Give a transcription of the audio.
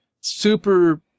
Super